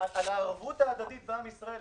על הערבות ההדדית בעם ישראל.